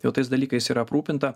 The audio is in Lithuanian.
jau tais dalykais yra aprūpinta